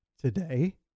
today